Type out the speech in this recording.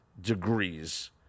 degrees